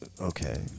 Okay